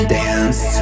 dance